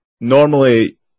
normally